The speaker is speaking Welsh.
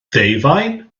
ddeufaen